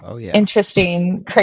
interesting